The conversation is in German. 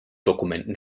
dokumenten